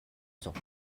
cawk